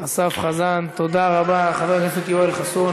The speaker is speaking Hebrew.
ואני